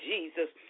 Jesus